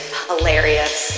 hilarious